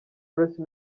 grace